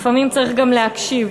לפעמים צריך גם להקשיב.